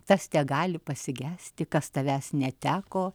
tas tegali pasigesti kas tavęs neteko